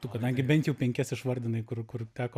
tu kadangi bent jau penkias išvardinai kur kur teko